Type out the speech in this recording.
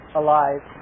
alive